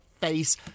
face